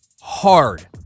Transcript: hard